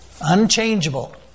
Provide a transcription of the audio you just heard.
unchangeable